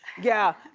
yeah,